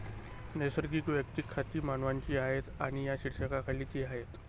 नैसर्गिक वैयक्तिक खाती मानवांची आहेत आणि या शीर्षकाखाली ती आहेत